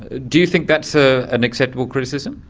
ah do you think that's ah an acceptable criticism?